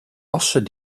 assen